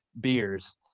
beers